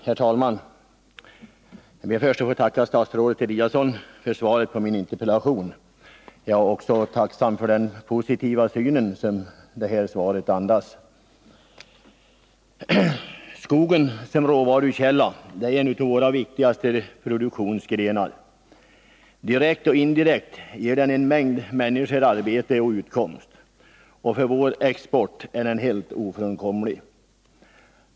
Herr talman! Jag ber först att få tacka statsrådet Eliasson för svaret på min interpellation. Jag är också tacksam för den positiva syn som svaret andas. Skogen som råvarukälla är en av våra viktigaste produktionsgrenar. Direkt och indirekt ger den en mängd människor arbete och utkomst, och för vår export är den helt ofrånkomlig.